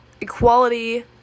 equality